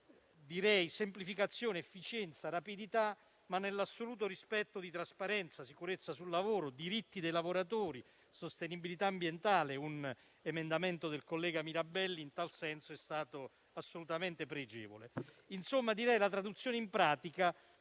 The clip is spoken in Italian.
direi: semplificazione, efficienza e rapidità, ma nell'assoluto rispetto di trasparenza, sicurezza sul lavoro, diritti dei lavoratori e sostenibilità ambientale (un emendamento del collega Mirabelli in tal senso è stato assolutamente pregevole); insomma, direi la traduzione in pratica